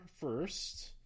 first